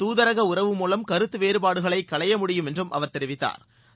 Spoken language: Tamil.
தூதரக உறவு மூலம் கருத்து வேறுபாடுகளை களை முடியும் என்றும் அவர் தெரிவித்தாா்